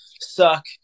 suck